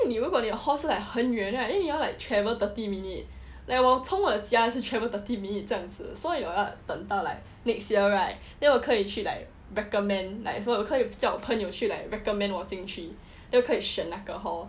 then 如果你的 halls 是很远 right then you all like travel thirty minute like 我从我的家是 travel thirty minutes 这样子 so 我要等到 like next year right then 我可以去 like recommend like 可以叫我的朋友去 like recommend 我进去又可以选那个 hall